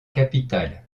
capitale